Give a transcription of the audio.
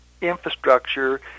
Infrastructure